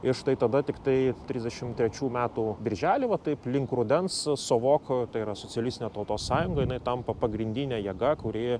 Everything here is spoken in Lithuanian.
ir štai tada tiktai trisdešimt trečių metų birželį va taip link rudens sovok tai yra socialistinė tautos sąjunga jinai tampa pagrindine jėga kuri